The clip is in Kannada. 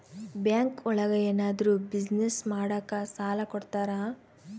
ಬ್ಯಾಂಕ್ ಒಳಗ ಏನಾದ್ರೂ ಬಿಸ್ನೆಸ್ ಮಾಡಾಕ ಸಾಲ ಕೊಡ್ತಾರ